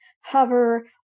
hover